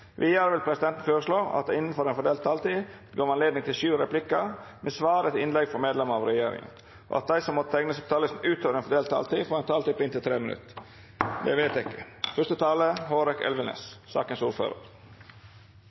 Vidare vil presidenten føreslå at det – innanfor den fordelte taletida – vert gjeve anledning til inntil sju replikkar med svar etter innlegg frå medlemer av regjeringa, og at dei som måtte teikna seg på talarlista utover den fordelte taletida, får ei taletid på inntil 3 minutt. – Det er vedteke.